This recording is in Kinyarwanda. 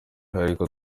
ariko